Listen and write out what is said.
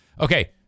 Okay